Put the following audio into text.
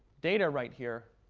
data right here,